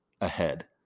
ahead